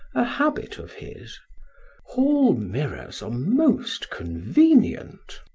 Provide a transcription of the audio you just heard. a habit of his hall mirrors are most convenient.